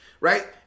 right